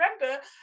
remember